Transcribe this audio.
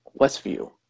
Westview